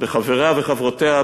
בחבריה ובחברותיה,